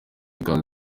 ikanzu